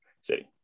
city